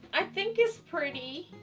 i think it's pretty